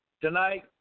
Tonight